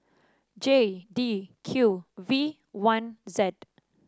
J D Q V one Z